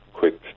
quick